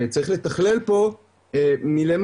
וצריך לתכלל פה מלמעלה.